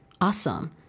awesome